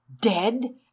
dead